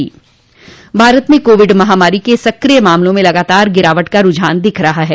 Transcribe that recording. भारत में कोविड महामारी के सक्रिय मामलों में लगातार गिरावट का रूझान दिख रहा है